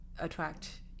attract